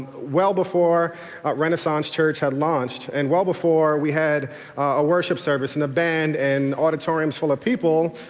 well before renaissance church had launched and well before we had a worship service and a band and auditoriums full of people,